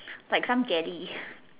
like some jelly